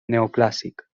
neoclàssic